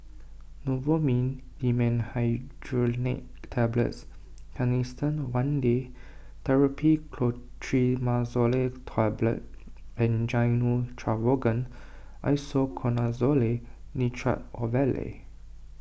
Novomin Dimenhydrinate Tablets Canesten one Day therapy Clotrimazole Tablet and Gyno Travogen Isoconazole Nitrate Ovule